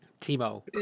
Timo